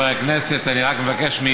אדוני, בבקשה.